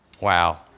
Wow